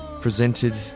presented